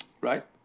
Right